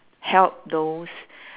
help those